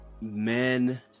men